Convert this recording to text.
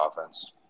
offense